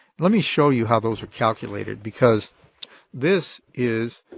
let me show you how those are calculated because this is